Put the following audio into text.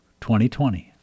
2020